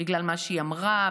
בגלל מה שהיא אמרה,